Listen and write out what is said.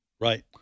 Right